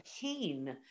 pain